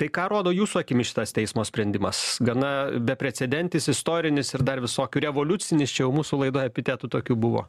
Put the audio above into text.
tai ką rodo jūsų akimis šitas teismo sprendimas gana beprecedentis istorinis ir dar visokių revoliucinis čia jau mūsų laidoj epitetų tokių buvo